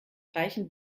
reichen